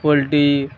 poultry